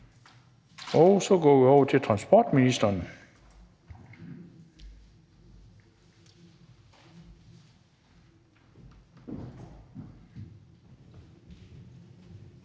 Og så går vi over til transportministeren.